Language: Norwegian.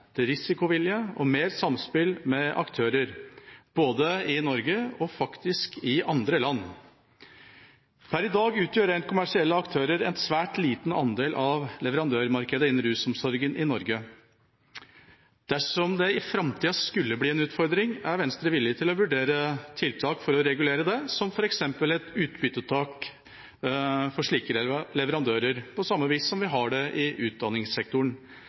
risikovilje og mer samspill med aktører, både i Norge og faktisk i andre land. Per i dag utgjør rent kommersielle aktører en svært liten andel av leverandørmarkedet innen rusomsorgen i Norge. Dersom det i framtida skulle bli en utfordring, er Venstre villig til å vurdere tiltak for å regulere det, som f.eks. et utbyttetak for slike leverandører – på samme vis som vi har i utdanningssektoren.